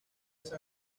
san